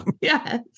Yes